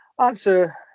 answer